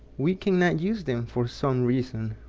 we cannot use them for some reason.